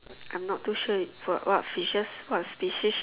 I'm not too sure you for what fishes what species